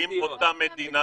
אם אותה מדינה תדרוש,